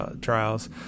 trials